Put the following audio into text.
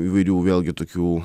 įvairių vėlgi tokių